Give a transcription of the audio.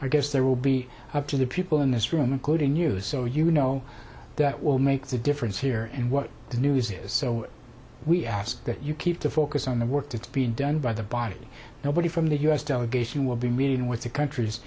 i guess there will be up to the people in this room including you so you know that will make the difference here and what the news is so we ask that you keep the focus on the work that's been done by the body nobody from the u s delegation will be meeting with the countries